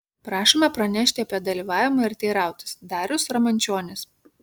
prašome pranešti apie dalyvavimą ir teirautis darius ramančionis